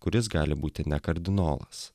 kuris gali būti ne kardinolas